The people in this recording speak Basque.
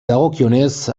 dagokionez